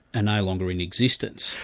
and longer in existence.